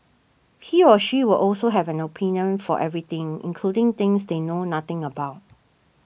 he or she will also have an opinion for everything including things they know nothing about